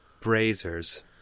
brazers